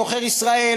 עוכר ישראל,